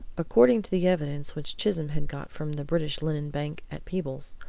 according to the evidence which chisholm had got from the british linen bank at peebles,